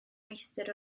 meistr